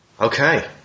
Okay